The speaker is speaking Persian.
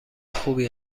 خوبی